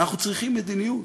אנחנו צריכים מדיניות,